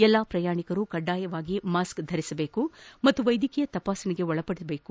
ಎಲ್ಲಾ ಪ್ರಯಾಣಿಕರು ಕಡ್ಡಾಯವಾಗಿ ಮಾಸ್ಕ್ ಧರಿಸಬೇಕು ಮತ್ತು ವೈದ್ಯಕೀಯ ತಪಾಸಣೆಗೆ ಒಳಪಡಬೇಕು